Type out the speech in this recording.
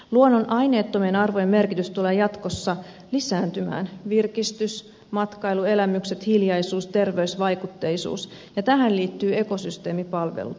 luonnon aineettomien arvojen merkitys tulee jatkossa lisääntymään virkistys matkailu elämykset hiljaisuus terveysvaikutteisuus ja tähän liittyvät ekosysteemipalvelut